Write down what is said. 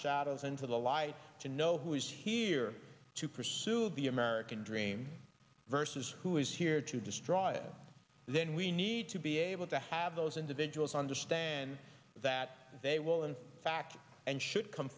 shadows into the light to know who is here to pursue the american dream versus who is here to destroy it then we need to be able to have those individuals understand that they will in fact and should come